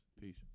Peace